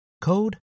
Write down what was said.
code